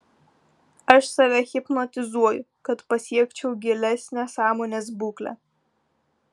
aš save hipnotizuoju kad pasiekčiau gilesnę sąmonės būklę